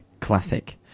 Classic